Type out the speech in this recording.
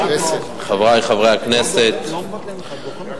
חברי חברי הכנסת,